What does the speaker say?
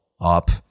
up